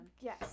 Yes